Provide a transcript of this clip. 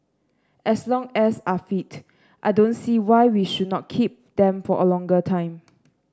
as long as are fit I don't see why we should not keep them for a longer time